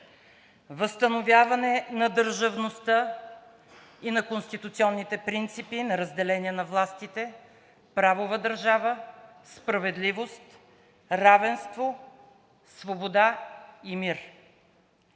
възстановяване на държавността и на конституционните принципи на разделение на властите, правова държава, справедливост, равенство, свобода и мир.